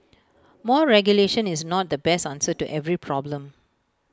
more regulation is not the best answer to every problem